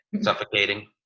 suffocating